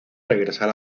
regresar